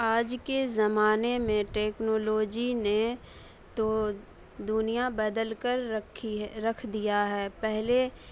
آج کے زمانہ میں ٹیکنالوجی نے تو دنیا بدل کر رکھی ہے رکھ دیا ہے پہلے